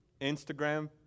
Instagram